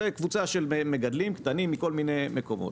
זו קבוצה של מגדלים קטנים מכל מיני מקומות,